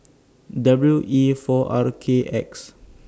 W E four R K X